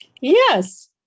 Yes